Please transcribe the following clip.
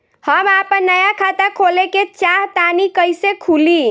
हम आपन नया खाता खोले के चाह तानि कइसे खुलि?